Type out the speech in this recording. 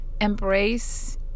embrace